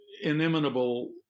inimitable